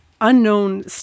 unknown